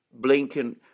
Blinken